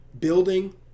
building